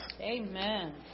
Amen